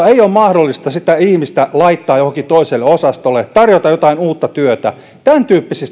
ei ole mahdollista sitä ihmistä laittaa jollekin toiselle osastolle tarjota jotain uutta työtä tämäntyyppiset